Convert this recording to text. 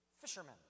fishermen